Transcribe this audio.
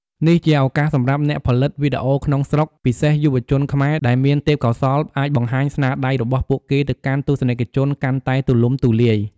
នេះជាឱកាសសម្រាប់អ្នកផលិតវីដេអូក្នុងស្រុក ពិសេសយុវជនខ្មែរ ដែលមានទេពកោសល្យអាចបង្ហាញស្នាដៃរបស់ពួកគេទៅកាន់ទស្សនិកជនកាន់តែទូលំទូលាយ។